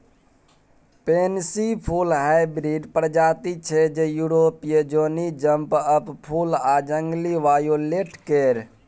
pansy फुल hybrid प्रजाति छै जे युरोपीय जौनी जंप अप फुल आ जंगली वायोलेट केर